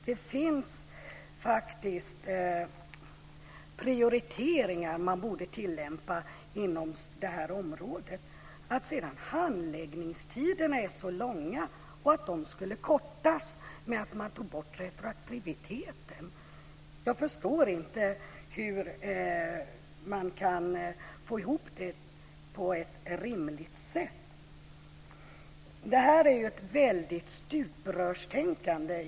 Det finns faktiskt prioriteringar som man borde tillämpa inom detta område. Att sedan de långa handläggningstiderna skulle kortas genom att man tog bort retroaktiviteten förstår jag inte att man kan få ihop på ett rimligt sätt. Detta är ju väldigt mycket ett stuprörstänkande.